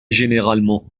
généralement